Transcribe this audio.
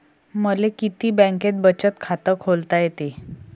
मले किती बँकेत बचत खात खोलता येते?